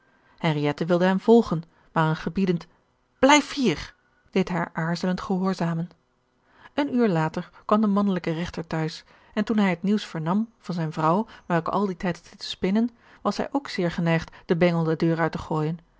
henriëtte wilde hem volgen maar een gebiedend blijf hier deed haar aarzelend gehoorzamen een uur later kwam de mannelijke regter te huis en toen hij het nieuws vernam van zijne vrouw welke al dien tijd had zitten spinnen was hij ook zeer geneigd den bengel de deur uit te gooijen